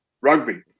rugby